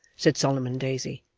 said solomon daisy,